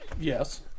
Yes